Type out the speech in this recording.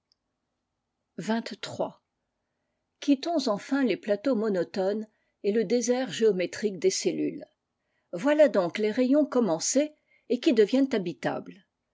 quittons enfin les plateaux monotones et le désert géométrique des cellules voilà donc les rayons commencés et qui deviennent habitables